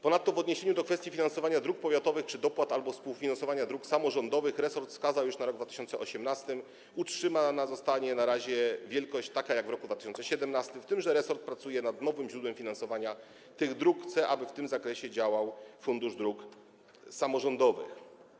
Ponadto w odniesieniu do kwestii finansowania dróg powiatowych czy dopłat albo współfinansowania dróg samorządowych resort wskazał, iż na rok 2018 utrzymana zostanie na razie taka wielkość jak w roku 2017, z tym że resort pracuje nad nowym źródłem finansowania tych dróg, chce, aby w tym zakresie działał Fundusz Dróg Samorządowych.